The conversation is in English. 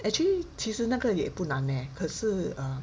actually 其实那个也不难 eh 可是 uh